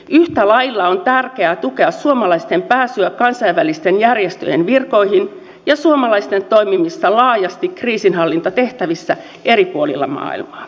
yhtä lailla on tärkeää tukea suomalaisten pääsyä kansainvälisten järjestöjen virkoihin ja suomalaisten toimimista laajasti kriisinhallintatehtävissä eri puolilla maailmaa